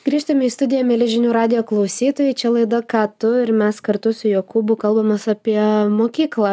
grįžtame į studiją mieli žinių radijo klausytojai čia laida ką tu ir mes kartu su jokūbu kalbamės apie mokyklą